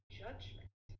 judgment